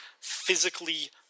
physically